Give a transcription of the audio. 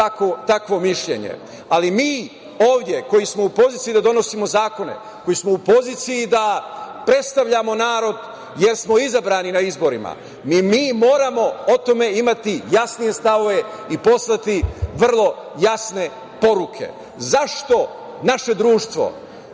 takvo mišljenje. Mi ovde koji smo u poziciji da donosimo zakone, koji smo u poziciji da predstavljamo narod jesmo izabrani na izborima, mi moramo o tome imati jasnije stavove i poslati vrlo jasne poruke.Zašto naše društvo